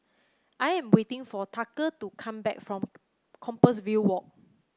I am waiting for Tucker to come back from Compassvale Walk